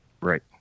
right